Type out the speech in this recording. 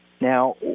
Now